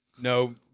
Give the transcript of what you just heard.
no